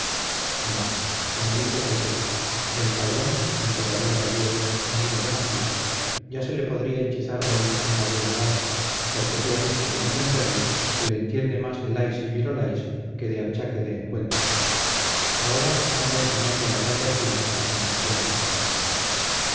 bah como dice rodríguez del padrón el trovador gallego amigo de macías ya se le podría hechizar a él con una buena lanza porque sea dicho sin ofenderle se le entiende más de lais y virolais que de achaque de encuentros ahora anda enseñando la gaya ciencia al marqués de santillana